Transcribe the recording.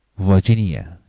virginia,